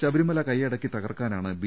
ശബരിമല കൈയ്യടക്കി തകർക്കാനാണ് ബി